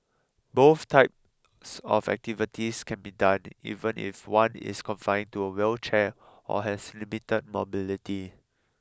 both types of activities can be done even if one is confined to a wheelchair or has limited mobility